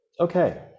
Okay